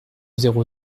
zéro